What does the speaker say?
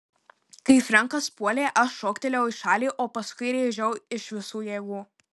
kai frenkas puolė aš šoktelėjau į šalį o paskui rėžiau iš visų jėgų